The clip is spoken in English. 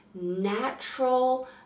natural